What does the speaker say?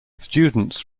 students